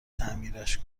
تعمیرش